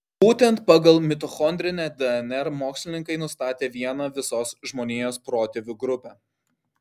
būtent pagal mitochondrinę dnr mokslininkai nustatė vieną visos žmonijos protėvių grupę